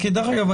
דרך אגב,